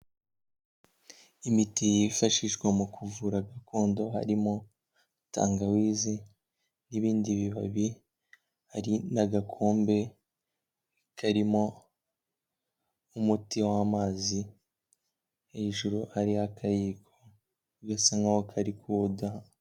Imiti yifashishwa mu kuvura gakondo, harimo tangawizi n'ibindi bibabi, hari n'agakombe karimo umuti w'amazi, hejuru hariho akayiko gasa nk'aho kari kuwudaha.